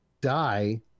die